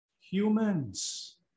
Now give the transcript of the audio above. humans